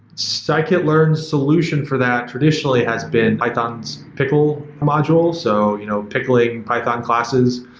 scikit-learn's solution for that traditionally has been python's pickle module. so you know pickling python classes.